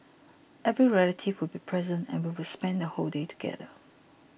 every relative would be present and we would spend the whole day together